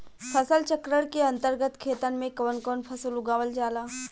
फसल चक्रण के अंतर्गत खेतन में कवन कवन फसल उगावल जाला?